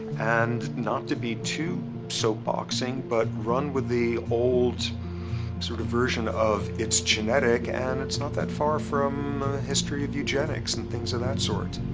and not to be too soap-boxing but run with the old sort of version of it's genetic! and. it's not that far from the history of eugenics and things of that sort.